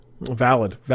Valid